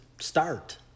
start